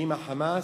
האם ה"חמאס"